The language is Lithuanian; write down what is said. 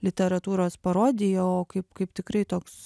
literatūros parodija o kaip kaip tikrai toks